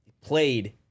played